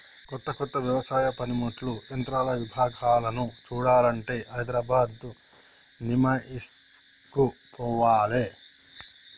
కొత్త కొత్త వ్యవసాయ పనిముట్లు యంత్రాల విభాగాలను చూడాలంటే హైదరాబాద్ నిమాయిష్ కు పోవాలే